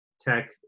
tech